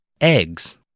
Eggs